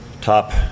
top